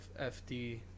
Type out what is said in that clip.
FD